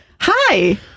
Hi